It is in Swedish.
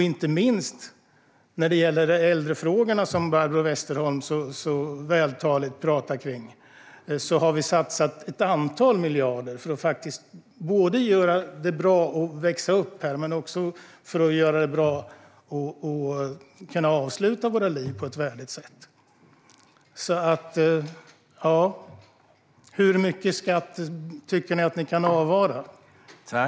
Inte minst när det gäller äldrefrågorna, som Barbro Westerholm så vältaligt pratade om, har vi satsat ett antal miljarder för att göra det bra att växa upp här men också göra så att vi kan avsluta våra liv på ett värdigt sätt. Hur mycket skatt tycker ni att ni kan avvara, Emma Henriksson?